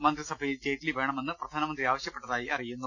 മന്ത്രിസ ഭയിൽ ജെയ്റ്റ്ലി വേണമെന്ന് പ്രധാനമന്ത്രി ആവശ്യപ്പെട്ടതായി അറി യുന്നു